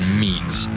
meats